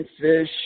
fish